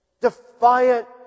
Defiant